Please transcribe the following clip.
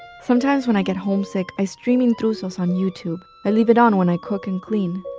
sometimes when i get homesick, i stream intrusos on youtube. i leave it on when i cook and clean.